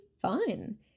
fun